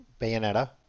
Bayonetta